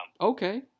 okay